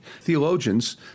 theologians